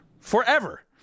Forever